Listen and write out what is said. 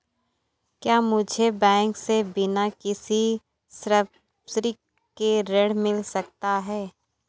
क्या मुझे बैंक से बिना किसी संपार्श्विक के ऋण मिल सकता है?